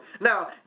Now